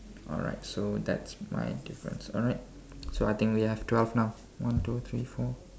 alright so that's my difference alright so I think we have twelve now one two three four